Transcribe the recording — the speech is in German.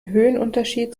höhenunterschied